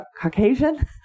Caucasian